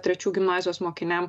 trečių gimnazijos mokiniam